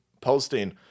posting